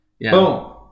Boom